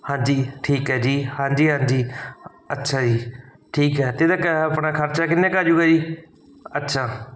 ਹਾਂਜੀ ਠੀਕ ਹੈ ਜੀ ਹਾਂਜੀ ਹਾਂਜੀ ਅੱਛਾ ਜੀ ਠੀਕ ਹੈ ਅਤੇ ਇਹਦਾ ਕ ਆਪਣਾ ਖਰਚਾ ਕਿੰਨਾ ਕੁ ਆਜੂਗਾ ਜੀ ਅੱਛਾ